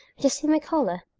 just see my color.